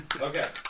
Okay